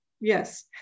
Yes